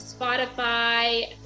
Spotify